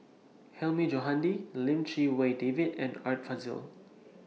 Hilmi Johandi Lim Chee Wai David and Art Fazil